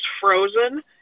Frozen